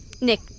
Nick